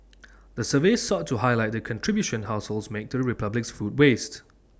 the survey sought to highlight the contribution households make to the republic's food waste